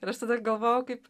ir aš tada galvojau kaip